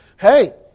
Hey